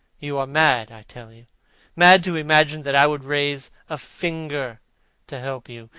you are mad, i tell you mad to imagine that i would raise a finger to help you,